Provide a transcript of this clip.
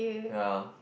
ya